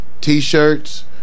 T-shirts